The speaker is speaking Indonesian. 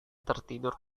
tertidur